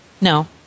No